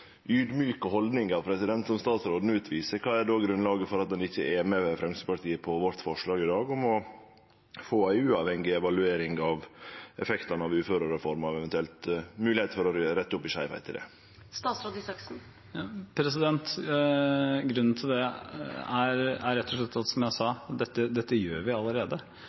holdninga som statsråden utviser, kva er då grunnlaget for at han ikkje er med Framstegspartiet på vårt forslag i dag om å få ei uavhengig evaluering av effektane av uførereforma, og eventuelt ei moglegheit for å rette opp skeivheitene der? Grunnen til det er rett og slett, som jeg sa, at dette gjør vi allerede,